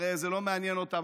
הרי זה לא מעניין אותם.